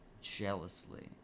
jealously